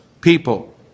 people